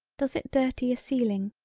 does it dirty a ceiling.